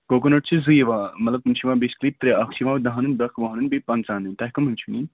coconut چھِ زٕ یِوان مطلب تِم چھِ یِوان بیسِکٔلی ترٛےٚ اَکھ چھِ یِوان دَہن ہُنٛد بیٛاکھ وُہَن ہُنٛد بیٚیہِ پنٛژٕہَن ہُنٛد تۄہہِ کَم ہِوۍ چھِ نِنۍ